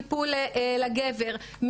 טיפול לגבר,